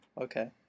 Okay